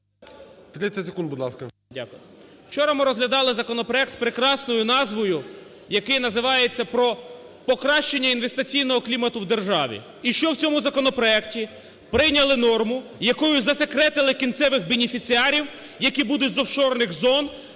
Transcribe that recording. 30 секунд, будь ласка.